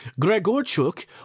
Gregorchuk